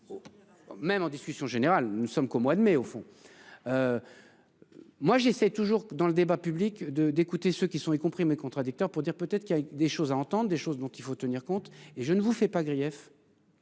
Même en discussion générale nous ne sommes qu'au mois de mai au fond. Moi j'essaie toujours dans le débat public de d'écouter ce qui sont y compris mes contradicteurs pour dire peut-être qu'il y a des choses à entendre des choses dont il faut tenir compte et je ne vous fais pas grief.